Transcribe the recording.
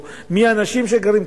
או מי האנשים שגרים,